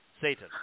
Satan